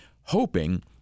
hoping